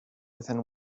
within